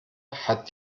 hat